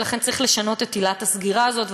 ולכן צריך לשנות את עילת הסגירה הזאת,